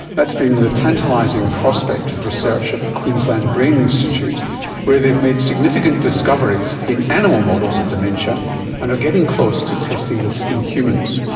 that's been the tantalising prospect of research at the queensland brain institute where they've made significant discoveries in animal models of dementia and are getting close to testing this in humans.